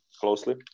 closely